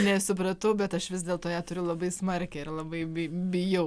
nesupratau bet aš vis dėlto ją turiu labai smarkią ir labai bi bijau